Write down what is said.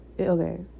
okay